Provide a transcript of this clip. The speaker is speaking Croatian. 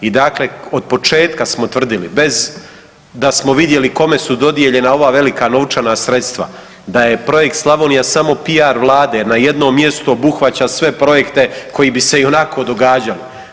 I dakle, od početka smo tvrdili bez da smo vidjeli kome su dodijeljena ova velika novčana sredstva, da je projekt Slavonija samo PR Vlade jer na jedno obuhvaća sve projekte koji bi se ionako događali.